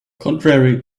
contrary